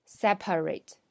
separate